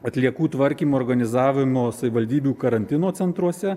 atliekų tvarkymo organizavimo savivaldybių karantino centruose